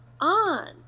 on